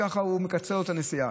וככה הוא מקצר את הנסיעה.